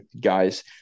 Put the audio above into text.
guys